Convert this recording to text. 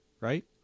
right